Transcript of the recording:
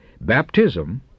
Baptism